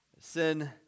Sin